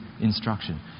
instruction